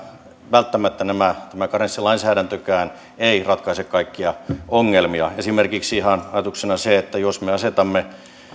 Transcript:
välttämättä tämä karenssilainsäädäntökään ei ratkaise kaikkia ongelmia esimerkiksi ihan ajatuksena jos me asetamme